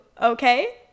Okay